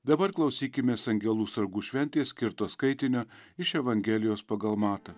dabar klausykimės angelų sargų šventės skirto skaitinio iš evangelijos pagal matą